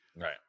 Right